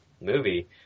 movie